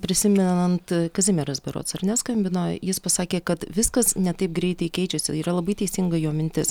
prisimenant kazimieras berods ar ne skambino jis pasakė kad viskas ne taip greitai keičiasi yra labai teisinga jo mintis